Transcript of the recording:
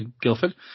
Guildford